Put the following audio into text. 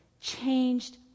Changed